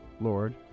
Lord